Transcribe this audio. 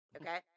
Okay